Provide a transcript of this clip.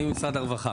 אני ממשרד הרווחה.